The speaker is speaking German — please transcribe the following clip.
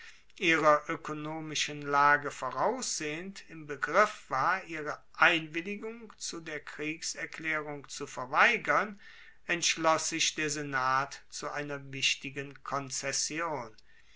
ihrer oekonomischen lage voraussehend im begriff war ihre einwilligung zu der kriegserklaerung zu verweigern entschloss sich der senat zu einer wichtigen konzession